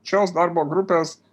šios darbo grupės